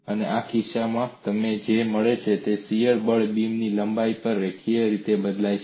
અને આ કિસ્સામાં તમને જે મળે છે તે છે શીયર બળ બીમની લંબાઈ પર રેખીય રીતે બદલાય છે